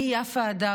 אני יפה אדר,